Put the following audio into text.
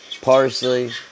parsley